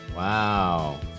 Wow